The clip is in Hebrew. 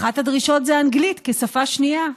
אחת הדרישות היא אנגלית כשפה שנייה.